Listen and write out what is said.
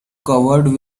covered